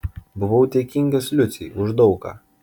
buvau dėkingas liucei už daug ką